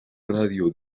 radio